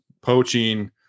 poaching